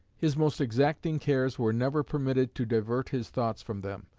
his most exacting cares were never permitted to divert his thoughts from them,